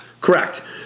Correct